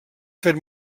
fet